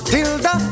Tilda